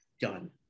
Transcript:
done